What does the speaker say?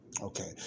Okay